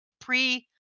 pre